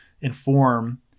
inform